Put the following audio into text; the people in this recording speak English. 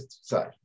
side